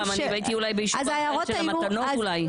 ש --- אני הייתי אולי בישיבה של המתנות אולי.